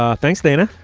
ah thanks dana.